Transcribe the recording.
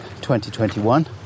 2021